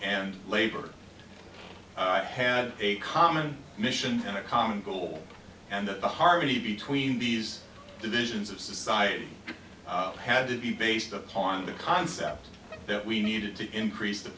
and labor i've had a common mission and a common goal and the harmony between these divisions of society had to be based upon the concept that we needed to increase the